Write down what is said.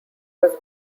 was